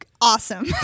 awesome